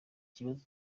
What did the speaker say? kibazo